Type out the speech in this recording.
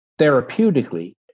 therapeutically